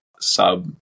sub